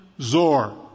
Zor